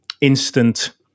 instant